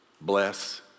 bless